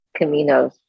Caminos